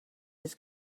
his